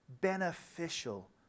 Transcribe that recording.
beneficial